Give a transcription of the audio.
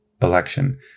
election